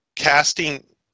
Casting